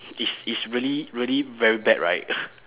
is is really really very bad right